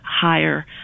higher